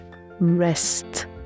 rest